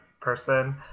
person